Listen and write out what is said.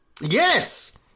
Yes